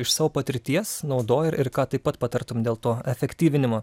iš savo patirties naudoji ir ką taip pat patartum dėl to efektyvinimo